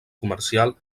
comercial